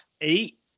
eight